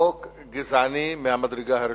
חוק גזעני מהמדרגה הראשונה.